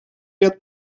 ряд